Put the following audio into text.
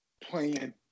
playing